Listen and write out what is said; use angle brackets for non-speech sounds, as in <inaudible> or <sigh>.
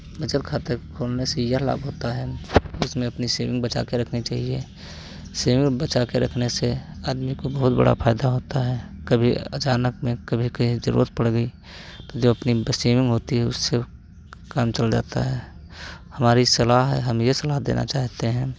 बचत खाते खोलने से यह लाभ होता है उसमें अपनी सेविंग बचाके रखनी चाहिए सेविंग बचाके रखने से आदमी को बहुत बड़ा फ़ायदा होता है कभी अचानक में कभी कहीं ज़रूरत पड़ गई तो जो अपनी <unintelligible> सेविंग होती है उससे काम चल जाता है हमारी सलाह हम ये सलाह देना चाहते हैं